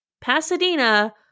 Pasadena